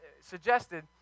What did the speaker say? suggested